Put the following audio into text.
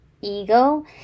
ego